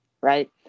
right